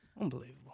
Unbelievable